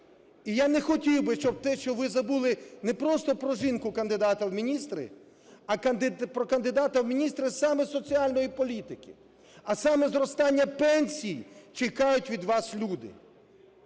І я не хотів би, щоб те, що ви забули не просто про жінку-кандидата в міністри, а про кандидата в міністри саме соціальної політики, а саме зростання пенсій чекають від вас люди.